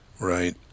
Right